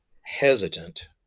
hesitant